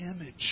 image